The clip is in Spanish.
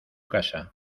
casa